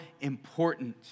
important